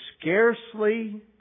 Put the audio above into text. scarcely